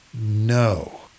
no